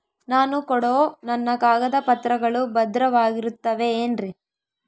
ನಾನು ಕೊಡೋ ನನ್ನ ಕಾಗದ ಪತ್ರಗಳು ಭದ್ರವಾಗಿರುತ್ತವೆ ಏನ್ರಿ?